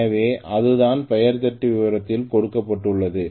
எனவே அதுதான் பெயர் தட்டு விவரத்தில் கொடுக்கப்பட்டுள்ளது